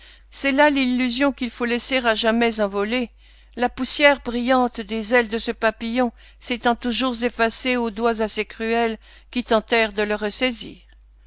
c'est là l'illusion qu'il faut laisser à jamais envolée la poussière brillante des ailes de ce papillon s'étant toujours effacée aux doigts assez cruels qui tentèrent de le ressaisir